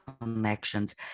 connections